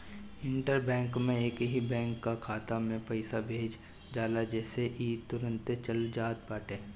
inter bank में एकही bank कअ खाता में पईसा भेज जाला जेसे इ तुरंते चल जात बाटे